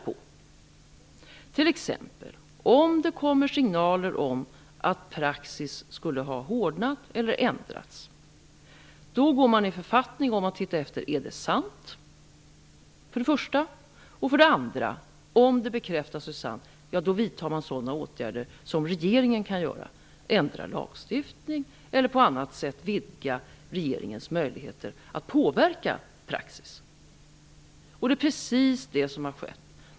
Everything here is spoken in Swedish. Om det t.ex. kommer signaler att praxis skulle ha hårdnat eller ändrats, undersöker man för det första om det är sant. Om det för det andra visar sig vara sant, vidtar regeringen sådana åtgärder som den kan vidta. Man kan ändra lagstiftning eller på annat sätt vidga regeringens möjligheter att påverka praxis. Det är också precis detta som har skett.